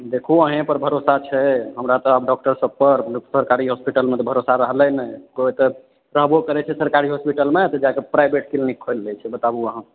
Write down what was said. देखू अहीँपर भरोसा छै हमरा तऽ आब डॉक्टरसभपर सरकारी हॉस्पिटलमे तऽ भरोसा रहलै नहि कोइ एतय रहबो करैत छै सरकारी हॉस्पिटलमे तऽ जाके प्राइवेट क्लिनिक खोलि लैत छै बताबू अहाँ